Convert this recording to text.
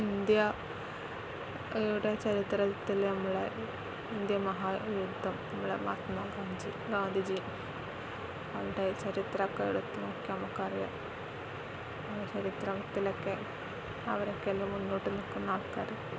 ഇന്ത്യയുടെ ചരിത്രത്തിൽ നമ്മളെ ഇന്ത്യൻ മഹാ യുദ്ധം നമ്മുടെ മഹാത്മാ ഗാന്ധി ഗാന്ധിജി അവരുടെ ചരിത്രം ഒക്കെ എടുത്ത് നോക്കിയാൽ നമുക്കറിയാം അവരുടെ ചരിത്രത്തിലൊക്കെ അവരൊക്കെ എല്ലാം മുന്നോട്ട് നിൽക്കുന്ന ആൾക്കാർ